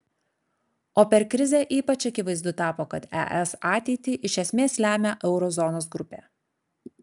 o per krizę ypač akivaizdu tapo kad es ateitį iš esmės lemia euro zonos grupė